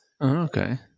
okay